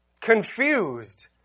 confused